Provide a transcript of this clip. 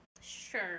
sure